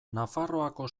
nafarroako